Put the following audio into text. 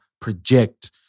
project